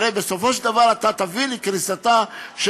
הרי בסופו של דבר אתה תביא לקריסתה של